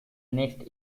next